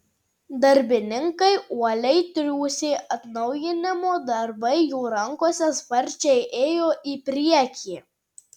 darbininkai uoliai triūsė atnaujinimo darbai jų rankose sparčiai ėjo į priekį